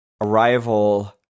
Arrival